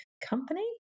company